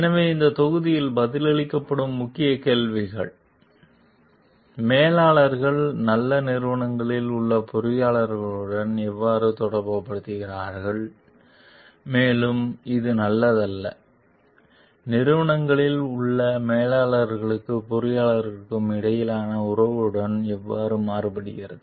எனவே இந்த தொகுதியில் பதிலளிக்கப்படும் முக்கிய கேள்விகள் எனவே மேலாளர்கள் நல்ல நிறுவனங்களில் உள்ள பொறியியலாளர்களுடன் எவ்வாறு தொடர்புபடுத்துகிறார்கள் மேலும் இது நல்லதல்ல நிறுவனங்களில் உள்ள மேலாளர்களுக்கும் பொறியியலாளர்களுக்கும் இடையிலான உறவுகளுடன் எவ்வாறு மாறுபடுகிறது